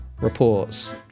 reports